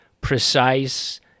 precise